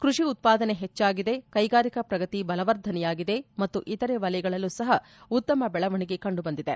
ಕೃಷಿ ಉತ್ಪಾದನೆ ಹೆಚ್ಚಾಗಿದೆ ಕೈಗಾರಿಕಾ ಪ್ರಗತಿ ಬಲವರ್ಧನೆಯಾಗಿದೆ ಮತ್ತು ಇತರೆ ವಲಯಗಳಲ್ಲೂ ಸಹ ಉತ್ತಮ ಬೆಳವಣಿಗೆ ಕಂಡು ಬಂದಿದೆ